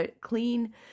clean